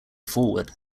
forward